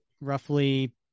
roughly